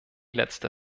letzte